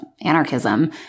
anarchism